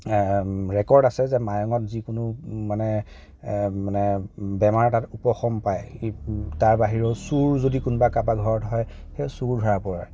record আছে যে মায়ঙত যিকোনো মানে মানে বেমাৰ তাত উপশম পায় তাৰ বাহিৰেও চোৰ যদি কোনোবা কাৰোবাৰ ঘৰত হয় সেই চোৰো ধৰা পৰে